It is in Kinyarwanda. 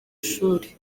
shuri